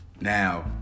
now